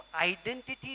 identity